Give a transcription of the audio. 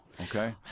okay